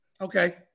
Okay